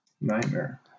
nightmare